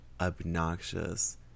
obnoxious